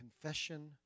confession